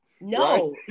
No